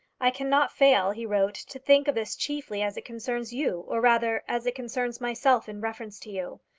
i cannot fail, he wrote, to think of this chiefly as it concerns you or rather, as it concerns myself in reference to you.